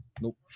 Nope